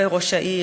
וראש העיר,